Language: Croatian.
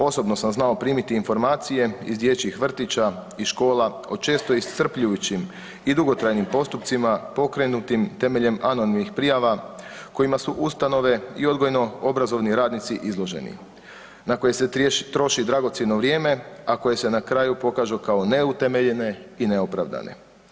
Osobno sam znao primiti informacije iz dječjih vrtića i škola o često iscrpljujućim i dugotrajnim postupcima pokrenutim temeljem anonimnih prijava kojima su ustanove i odgojno-obrazovni radnici izloženi na koje se troši dragocjeno vrijeme a koje se na kraju pokaže kao neutemeljene i neopravdane.